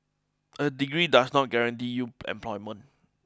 a degree does not guarantee you employment